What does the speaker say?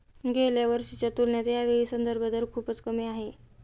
गेल्या वर्षीच्या तुलनेत यावेळी संदर्भ दर खूपच कमी आहे